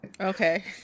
okay